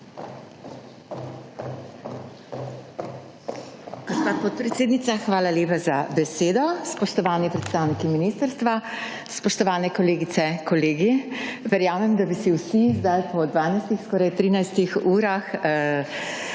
hvala lepa za besedo. Spoštovani predstavniki ministrstva, spoštovane kolegice, kolegi. Verjamem, da bi si vsi zdaj po 12-ih, skoraj 13-ih urah